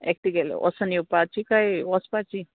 एकटें गेल वोसोन येवपाची काय वोचपाची